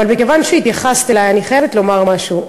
אבל מכיוון שהתייחסת אלי, אני חייבת לומר משהו.